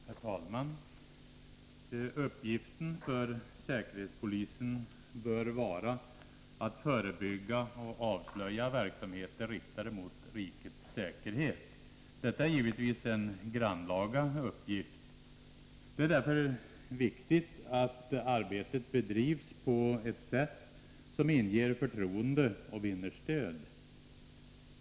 Herr talman! Uppgiften för säkerhetspolisen bör vara att förebygga och avslöja verksamheter riktade mot rikets säkerhet. Detta är givetvis en grannlaga uppgift. Det är därför viktigt att arbetet bedrivs på ett sätt som inger förtroende och vinner stöd.